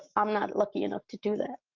i'm not lucky enough to do that.